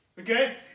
Okay